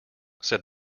said